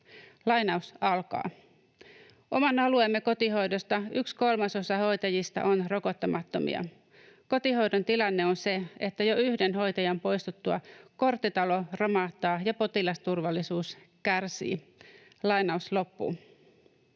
ja kertoi: ”Oman alueemme kotihoidosta yksi kolmasosa hoitajista on rokottamattomia. Kotihoidon tilanne on se, että jo yhden hoitajan poistuttua korttitalo romahtaa ja potilasturvallisuus kärsii.” Nostimme